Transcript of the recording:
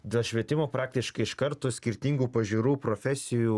dėl švietimo praktiškai iš karto skirtingų pažiūrų profesijų